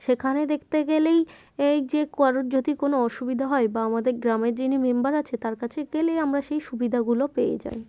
সেখানে দেখতে গেলেই এই যে কারোর যদি কোনো অসুবিধা হয় বা আমাদের গ্রামের যিনি মেম্বার আছে তার কাছে গেলেই আমরা সেই সুবিধাগুলো পেয়ে যাই